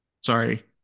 Sorry